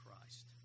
Christ